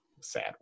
sad